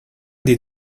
did